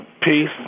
peace